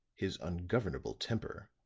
his ungovernable temper,